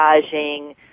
massaging